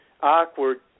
awkward